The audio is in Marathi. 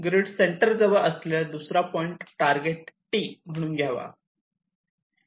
ग्रीड सेंटर जवळ असलेला दुसरा पॉईंट टारगेट पॉईंट T म्हणून घ्यावा